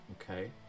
Okay